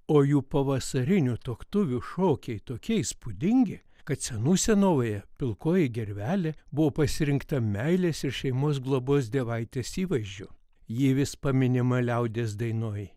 o jų pavasarinių tuoktuvių šokiai tokie įspūdingi kad senų senovėje pilkoji gervelė buvo pasirinkta meilės ir šeimos globos dievaitės įvaizdžiu ji vis paminima liaudies dainoj